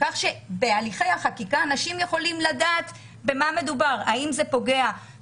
דבר שיתן לאנשים לדעת מי המיעוטים שנפגעים,